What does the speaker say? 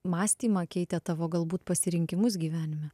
mąstymą keitė tavo galbūt pasirinkimus gyvenime